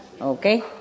Okay